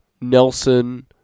Nelson